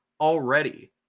already